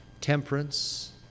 temperance